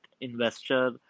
investor